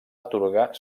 atorgar